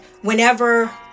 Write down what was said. whenever